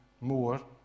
more